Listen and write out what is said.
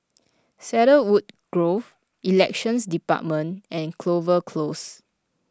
Cedarwood Grove Elections Department and Clover Close